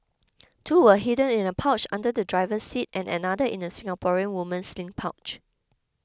two were hidden in a pouch under the driver's seat and another in a Singaporean woman's sling pouch